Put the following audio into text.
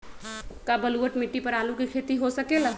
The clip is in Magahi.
का बलूअट मिट्टी पर आलू के खेती हो सकेला?